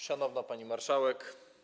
Szanowna Pani Marszałek!